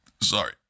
Sorry